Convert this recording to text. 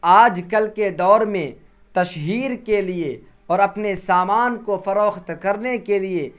آج کل کے دور میں تشہیر کے لیے اور اپنے سامان کو فروخت کرنے کے لیے